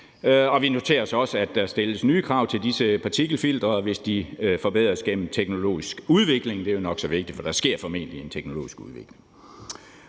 Vi noterer os også, at der stilles nye krav til disse partikelfiltre, hvis de forbedres gennem teknologisk udvikling. Det er jo nok så vigtigt, for der sker formentlig en teknologisk udvikling.